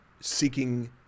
seeking